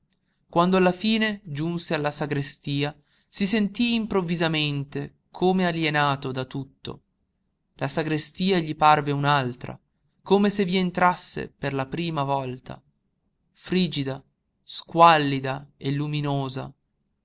quando alla fine giunse alla sagrestia si sentí improvvisamente come alienato da tutto la sagrestia gli parve un'altra come se vi entrasse per la prima volta frigida squallida e luminosa